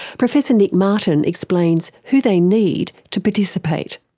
professor nick martin explains who they need to participate.